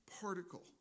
particle